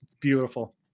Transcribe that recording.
beautiful